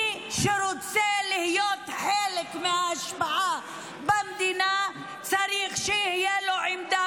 מי שרוצה להיות חלק מההשפעה במדינה צריך שתהיה לו עמדה